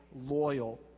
loyal